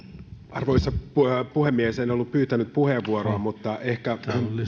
arvoisa puhemies en ollut pyytänyt puheenvuoroa mutta ehkä